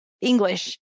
English